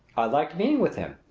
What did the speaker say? liked being with him.